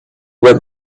went